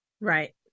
Right